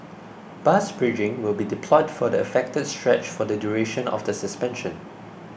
bus bridging will be deployed for the affected stretch for the duration of the suspension